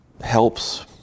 Helps